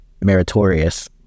meritorious